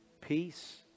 peace